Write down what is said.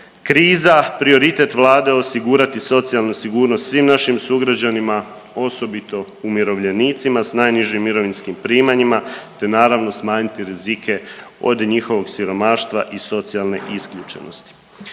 kriza prioritet vlade osigurati socijalnu sigurnost svim našim sugrađanima, osobito umirovljenicima s najnižim mirovinskim primanjima te naravno smanjiti rizike od njihovog siromaštva i socijalne isključenosti.